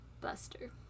Buster